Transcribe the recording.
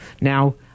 Now